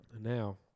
Now